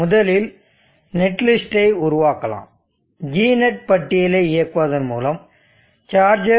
முதலில் நெட்லிஸ்ட்டை உருவாக்கலாம் gnet பட்டியலை இயக்குவதன் மூலம் charger